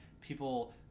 people